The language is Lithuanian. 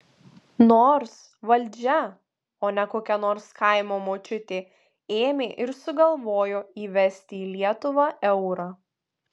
nors valdžia o ne kokia nors kaimo močiutė ėmė ir sugalvojo įvesti į lietuvą eurą